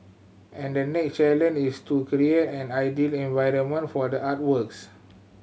and the next challenge is to create an ideal environment for the artworks